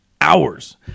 Hours